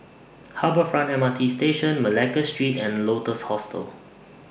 Harbour Front M R T Station Malacca Street and Lotus Hostel